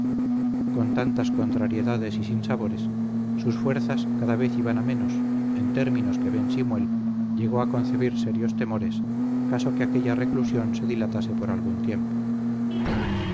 con tantas contrariedades y sinsabores sus fuerzas cada vez iban a menos en términos que ben simuel llegó a concebir serios temores caso que aquella reclusión se dilatase por algún tiempo